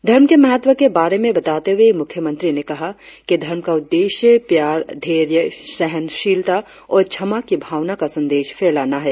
धर्म के महत्व के बारे में बताते हुए मुख्यमंत्री ने कहा कि धर्म का उद्देश्य प्यार धैर्य सहनशीलता और क्षमा की भावना का संदेश फैलाना है